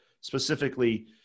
specifically